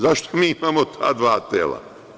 Zašto mi imamo ta dva tela?